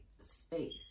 space